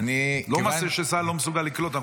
ולא מה שצה"ל לא מסוגל לקלוט.